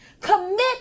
Commit